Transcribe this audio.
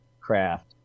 craft